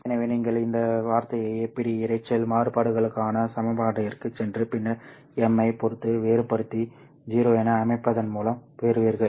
எனவே நீங்கள் இந்த வார்த்தையை APD இரைச்சல் மாறுபாடுகளுக்கான சமன்பாட்டிற்குச் சென்று பின்னர் M ஐப் பொறுத்து வேறுபடுத்தி 0 என அமைப்பதன் மூலம் பெறுவீர்கள்